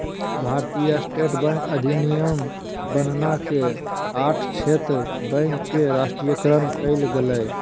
भारतीय state bank अधिनियम बनना के आठ क्षेत्र बैंक के राष्ट्रीयकरण कइल गेलय